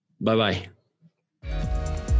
bye-bye